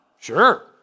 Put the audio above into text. Sure